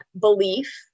belief